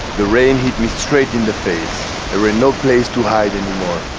the rain hit me straight in the face there were no place to hide anymore.